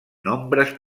nombres